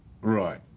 Right